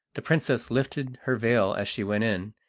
the princess lifted her veil as she went in,